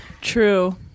True